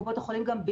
קופות החולים,